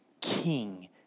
King